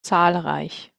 zahlreich